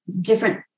different